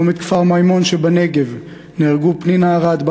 בצומת כפר-מימון שבנגב נהרגו פנינה ארד,